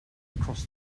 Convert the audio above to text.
across